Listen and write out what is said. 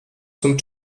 zum